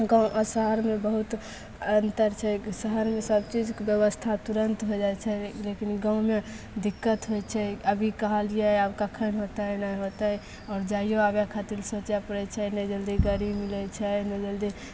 गाँव आ शहरमे बहुत अन्तर छै शहरमे सब चीजके ब्यवस्था तुरन्त हो जाइत छै लेकिन गाँवमे दिक्कत होइत छै अभी कहलियै आब कखन होयतै नहि होयतै आओर जाइयो आबए खातिर सोचए पड़ैत छै नहि जल्दी गड़ी मिलैत छै नहि जल्दी